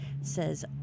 says